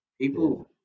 People